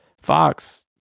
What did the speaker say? Fox